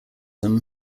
them